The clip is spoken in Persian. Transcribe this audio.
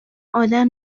آدم